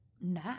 nah